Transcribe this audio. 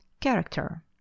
character